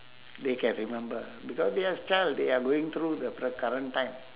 then can remember because they as child they are going through the pre~ current time